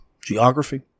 geography